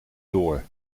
door